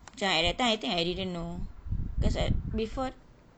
macam at that time I think I didn't know cause ah before